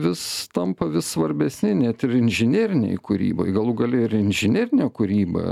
vis tampa vis svarbesni net ir inžinerinei kūrybai galų gale ir inžinerinė kūryba